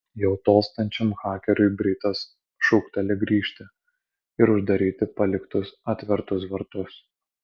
jau tolstančiam hakeriui britas šūkteli grįžti ir uždaryti paliktus atvertus vartus